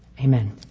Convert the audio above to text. Amen